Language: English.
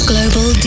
Global